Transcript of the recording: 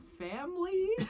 Family